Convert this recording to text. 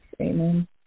Amen